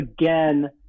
again